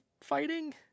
fighting